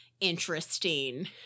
interesting